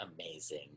amazing